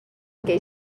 què